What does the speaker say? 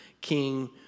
King